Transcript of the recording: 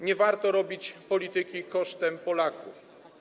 Nie warto robić polityki kosztem Polaków.